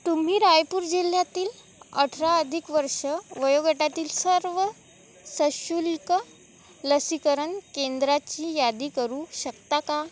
तुम्ही रायपूर जिल्ह्यातील अठरा अधिक वर्ष वयोगटातील सर्व सशुल्क लसीकरण केंद्राची यादी करू शकता का